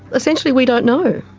essentially we don't know.